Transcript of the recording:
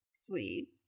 sweet